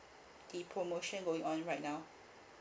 the promotion going on right now